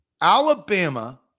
Alabama